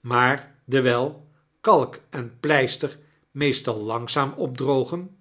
maar dewyl kalk en pleister meestal langzaam opdrogen